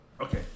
Okay